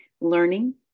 learning